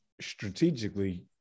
strategically